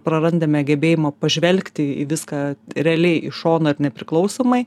prarandame gebėjimą pažvelgti į viską realiai iš šono ir nepriklausomai